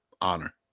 honor